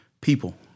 people